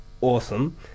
awesome